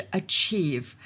achieve 。